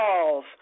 calls